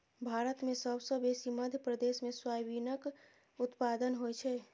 भारत मे सबसँ बेसी मध्य प्रदेश मे सोयाबीनक उत्पादन होइ छै